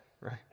right